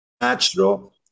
natural